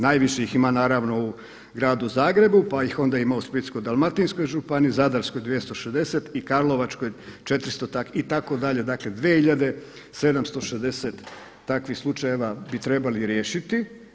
Najviše ih ima naravno u gradu Zagrebu pa ih onda ima u Splitsko-dalmatinskoj županiji, Zadarskoj 260 i Karlovačkoj 400 itd. dakle 2.760 takvih slučajeva bi trebali riješiti.